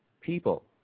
People